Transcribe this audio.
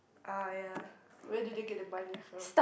ah ya where do they get the money from